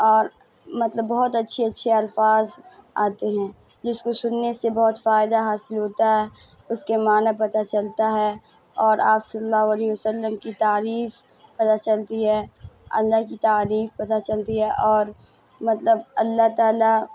اور مطلب بہت اچھے اچھے الفاظ آتے ہیں جس کو سننے سے بہت فائدہ حاصل ہوتا ہے اس کے معنیٰ پتہ چلتا ہے اور آپ صلی اللّہ علیہ وسلم کی تعریف پتہ چلتی ہے اللّہ کی تعریف پتہ چلتی ہے اور مطلب اللّہ تعالیٰ